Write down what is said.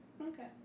Okay